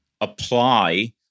apply